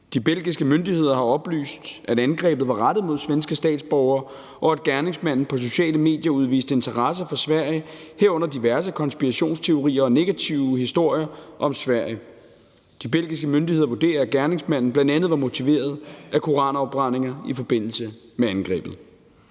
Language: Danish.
De belgiske myndigheder har oplyst, at angrebet var rettet mod svenske statsborgere, og at gerningsmanden på sociale medier udviste interesse for Sverige, herunder for diverse konspirationsteorier og negative historier om Sverige. De belgiske myndigheder vurderer, at gerningsmanden i forbindelse med angrebet